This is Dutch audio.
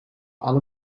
alle